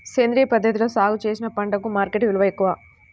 సేంద్రియ పద్ధతిలో సాగు చేసిన పంటలకు మార్కెట్ విలువ ఎక్కువ